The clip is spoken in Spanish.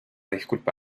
disculpa